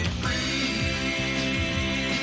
free